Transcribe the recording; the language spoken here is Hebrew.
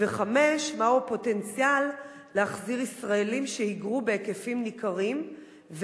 5. מהו הפוטנציאל להחזרת ישראלים שהיגרו בהיקפים ניכרים,